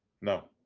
No